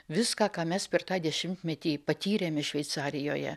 viską ką mes per tą dešimtmetį patyrėme šveicarijoje